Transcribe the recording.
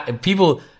people